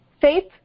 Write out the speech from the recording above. Faith